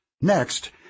Next